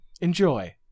Enjoy